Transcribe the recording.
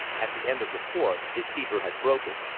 at the end of the fourth, his fever had broken,